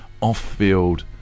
off-field